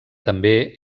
també